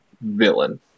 villain